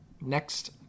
Next